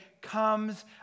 comes